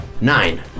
Nine